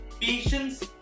patience